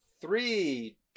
three